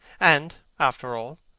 and, after all,